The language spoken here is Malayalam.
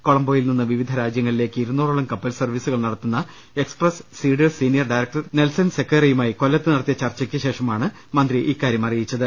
കൊളംബോയിൽനിന്ന് വിവിധ രാജ്യങ്ങളിലേക്ക് ഇരുന്നൂറോളം കപ്പൽ സർവീസുകൾ നടത്തുന്ന എക്സ്പ്രസ് സീഡേഴ്സ് സീനിയർ ഡയറക്ടർ നെൽസൻ സെക്കേറയുമായി കൊല്ലത്ത് നടത്തിയ ചർച്ചയ്ക്ക് ശേഷമാണ് അദ്ദേഹം ഇക്കാര്യം അറിയിച്ചത്